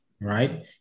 right